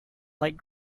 light